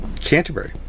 Canterbury